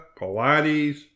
Pilates